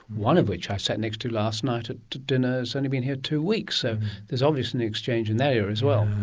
one of which i sat next to last night at dinner has only been here two weeks, so there's obviously an exchange in that area as well.